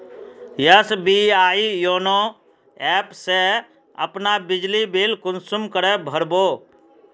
SBI YONO app से अपना बिजली बिल कुंसम करे भर बो?